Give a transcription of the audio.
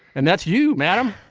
and that's you, madam.